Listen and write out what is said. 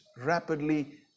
rapidly